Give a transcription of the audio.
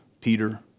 Peter